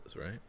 right